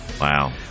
Wow